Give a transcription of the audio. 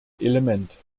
element